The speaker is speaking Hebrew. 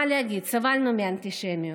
מה להגיד, סבלנו מאנטישמיות.